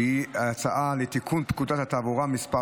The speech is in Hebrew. שהיא הצעה לתיקון פקודת התעבורה (מס'